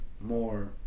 more